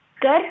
Good